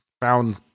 found